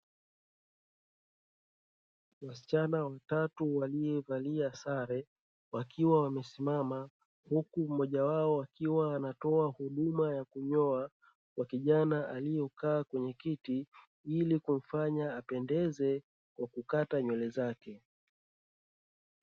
Wasichana watatu waliovalia sare wakiwa wamesimama huku mmoja wao, akiwa anatoa huduma ya kunyoa kwa kijana aliyekaa kwenye kiti ili kumfanya apendeze kwa kukata nywele zake.